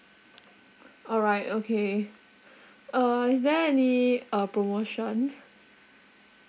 all right okay uh is there any uh promotion